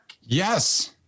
yes